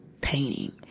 painting